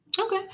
Okay